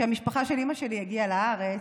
כשהמשפחה של אימא שלי הגיעה לארץ,